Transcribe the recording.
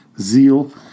zeal